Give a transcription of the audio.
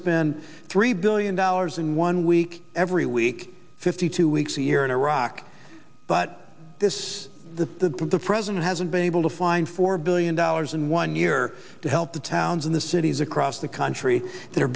spend three billion dollars in one week every week fifty two weeks a year in iraq but this the the president hasn't been able to find four billion dollars in one year to help the towns in the cities across the country th